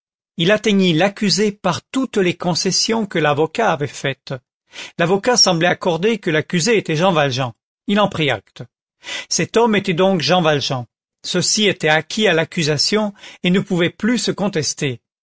il atteignit l'accusé par toutes les concessions que l'avocat avait faites l'avocat semblait accorder que l'accusé était jean valjean il en prit acte cet homme était donc jean valjean ceci était acquis à l'accusation et ne pouvait plus se contester